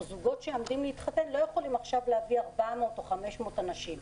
זוגות שעומדים להתחתן לא יכולים עכשיו להביא 400 או 500 אנשים.